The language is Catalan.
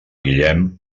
guillem